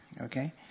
okay